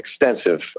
extensive